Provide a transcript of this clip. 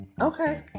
Okay